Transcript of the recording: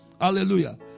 Hallelujah